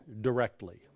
directly